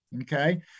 okay